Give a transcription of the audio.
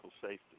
safety